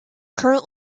current